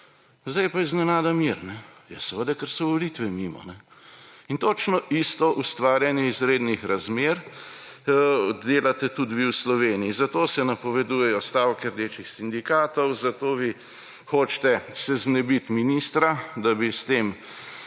sedaj je pa iznenada mir. Ja, seveda, ker so volitve mimo! In točno isto ustvarjanje izrednih razmer delate tudi vi v Sloveniji, zato se napovedujejo stavke rdečih sindikatov, zato se vi hočete znebiti ministra, da bi s tem